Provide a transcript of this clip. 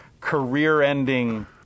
career-ending